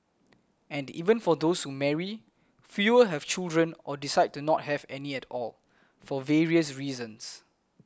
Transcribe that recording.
and even for those who marry fewer have children or decide to not have any at all for various reasons